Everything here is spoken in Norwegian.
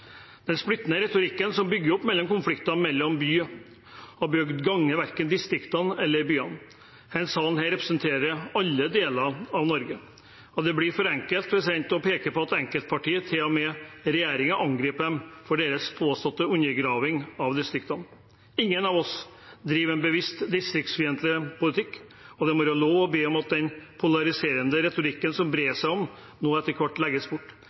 Den splittende retorikken som bygger opp under konflikter mellom by og bygd, gagner verken distriktene eller byene. Denne salen representerer alle deler av Norge, og det blir for enkelt å peke på at enkeltpartier, til og med regjeringen, angriper dem i og med deres påståtte undergraving av distriktene. Ingen av oss driver en bevisst distriktsfiendtlig politikk, og det må være lov å be om at den polariserende retorikken som brer om seg, nå etter hvert legges bort.